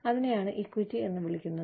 അതിനെയാണ് ഇക്വിറ്റി എന്ന് വിളിക്കുന്നത്